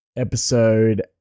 episode